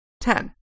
ten